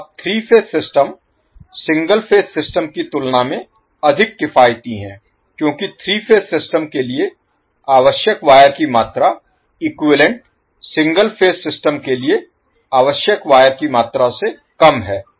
अब 3 phase system single phase system की तुलना में अधिक किफायती है क्योंकि 3 फेज सिस्टम के लिए आवश्यक वायर की मात्रा इक्विवैलेन्ट सिंगल फेज सिस्टम के लिए आवश्यक वायर की मात्रा से कम है